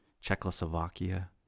Czechoslovakia